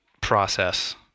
process